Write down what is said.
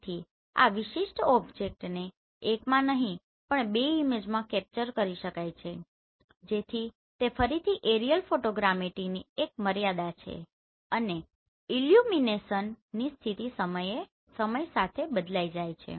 તેથી આ વિશિષ્ટ ઓબ્જેક્ટને એકમાં નહીં પણ બે ઈમેજમાં કેપ્ચર કરી શકાય છે જેથી તે ફરીથી એરિઅલ ફોટોગ્રામેટ્રીની એક મર્યાદા છે અને ઈલ્યુમીનેસન ની સ્થિતિ સમય સાથે બદલાઈ જાય છે